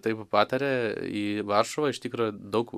taip patarė į varšuvą iš tikro daug